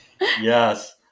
yes